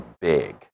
big